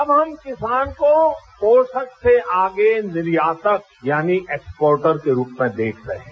अब हम किसान को पोषक से आगे निर्यातक यानी एक्सपोर्टर के रूप में देख रहे हैं